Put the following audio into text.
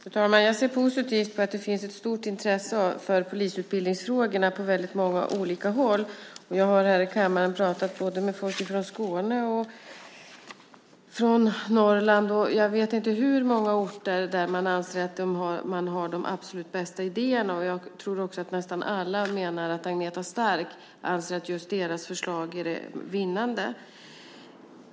Fru talman! Jag ser positivt på att det finns ett stort intresse för polisutbildningsfrågorna på många olika håll. Jag har här i kammaren pratat med folk både från Skåne och från Norrland, och jag vet inte hur många orter det är där man anser att man har de absolut bästa idéerna. Och jag tror att nästan alla menar att Agneta Stark anser att just deras förslag är det vinnande.